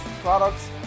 products